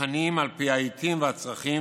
בתכנים על פי העיתים והצרכים,